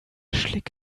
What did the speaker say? schlick